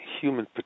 human